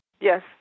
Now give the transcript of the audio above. Yes